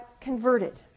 converted